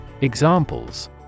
Examples